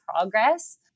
progress